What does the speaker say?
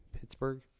Pittsburgh